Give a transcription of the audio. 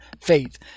faith